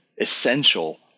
essential